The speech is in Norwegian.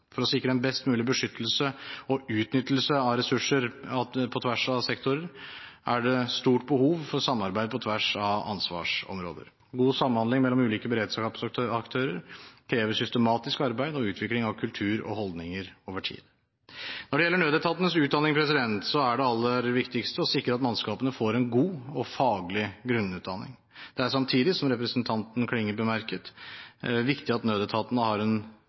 For å sikre en best mulig beskyttelse – og utnyttelse – av ressurser på tvers av sektorer er det stort behov for samarbeid på tvers av ansvarsområder. God samhandling mellom ulike beredskapsaktører krever systematisk arbeid og utvikling av kultur og holdninger over tid. Når det gjelder nødetatenes utdanning, er det aller viktigste å sikre at mannskapene får en god og faglig grunnutdanning. Det er samtidig, som representanten Klinge bemerket, viktig at nødetatene har en